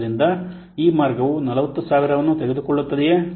ಆದ್ದರಿಂದ ಈ ಮಾರ್ಗವು 40000 ಅನ್ನು ತೆಗೆದುಕೊಳ್ಳುತ್ತದೆಯೆ